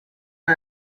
and